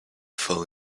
full